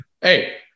hey